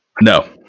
No